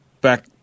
back